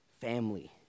family